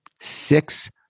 Six